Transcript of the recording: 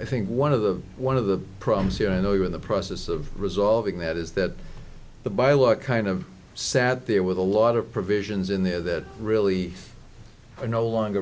i think one of the one of the problems here i know you are in the process of resolving that is that the by a lot kind of sat there with a lot of provisions in there that really are no longer